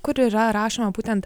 kur yra rašoma būtent